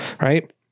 right